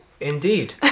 indeed